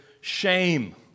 shame